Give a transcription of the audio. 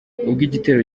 igitero